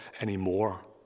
anymore